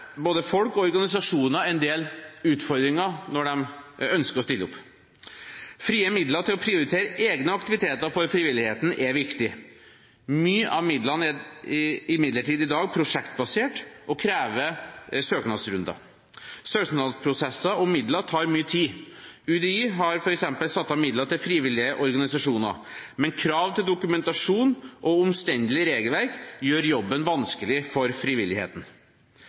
både folk og organisasjoner en del utfordringer når de ønsker å stille opp. Frie midler til å prioritere egne aktiviteter for frivilligheten er viktig. Mange av midlene er imidlertid i dag prosjektbasert og krever søknadsrunder. Søknadsprosesser om midler tar mye tid. UDI har f.eks. satt av midler til frivillige organisasjoner, men krav til dokumentasjon og omstendelig regelverk gjør jobben vanskelig for frivilligheten.